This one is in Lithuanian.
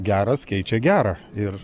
geras keičia gerą ir